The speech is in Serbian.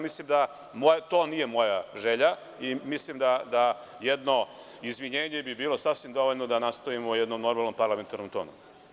Mislim da to nije moja želja i mislim da bi jedno izvinjenje bilo sasvim dovoljno da nastavimo jednim normalnim parlamentarnim tonom.